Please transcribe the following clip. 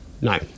No